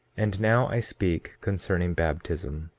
and now i speak concerning baptism.